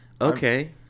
Okay